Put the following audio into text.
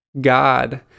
God